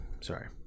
Sorry